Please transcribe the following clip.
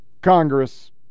Congress